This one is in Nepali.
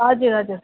हजुर हजुर